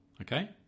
Okay